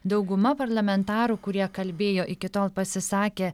dauguma parlamentarų kurie kalbėjo iki tol pasisakė